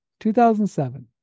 2007